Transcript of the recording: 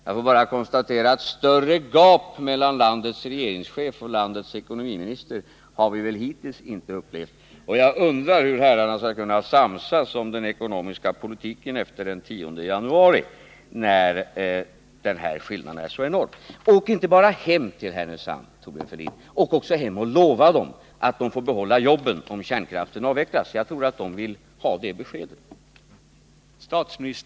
Jag vill bara konstatera att större gap mellan landets regeringschef och landets ekonomiminister har vi väl hittills inte upplevt, och jag undrar hur herrarna skall kunna samsas om den ekonomiska politiken efter den 10 januari, när den här skillnaden är så enorm. Åk inte bara hem till Härnösand, Thorbjörn Fälldin! Åk också hem och lova dem som bor där uppe att de får behålla jobben, om kärnkraften avvecklas! Jag tror att de vill ha det beskedet.